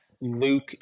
Luke